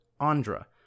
Andra